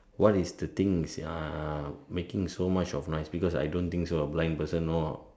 what is the thing ah making so much of noise because I don't think a blind person know